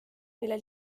mille